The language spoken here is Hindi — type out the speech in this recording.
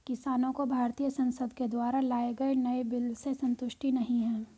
किसानों को भारतीय संसद के द्वारा लाए गए नए बिल से संतुष्टि नहीं है